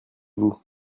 vous